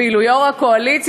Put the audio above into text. ואילו יושב-ראש הקואליציה,